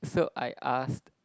so I asked